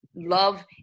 love